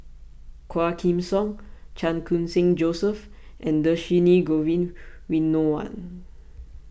Quah Kim Song Chan Khun Sing Joseph and Dhershini Govin Winodan